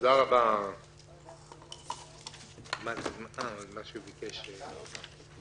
הישיבה ננעלה בשעה 11:34.